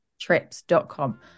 trips.com